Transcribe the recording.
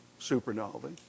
supernovae